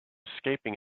escaping